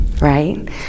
right